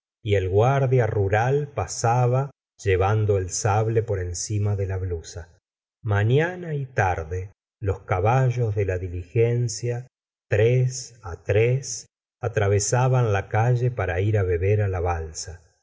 y el guardia rural pasaba llevando el sable por encima de la blusa mañana y tarde los caballos de la diligencia tres tres atravesaban la calle para ir beber